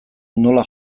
nola